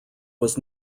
was